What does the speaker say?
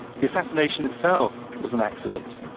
the assassination itself was an accident.